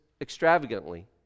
extravagantly